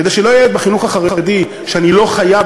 כדי שלא יהיה ילד בחינוך החרדי שאני לא "חייב",